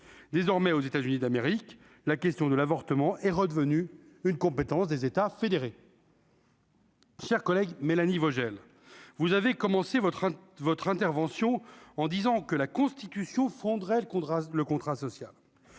désormais aux États-Unis d'Amérique, la question de l'avortement est redevenue une compétence des États fédérés. Chers collègues, Mélanie Vogel, vous avez commencé votre votre intervention en disant que la Constitution fondrait le contrat, le